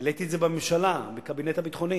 העליתי את זה בממשלה, בקבינט הביטחוני,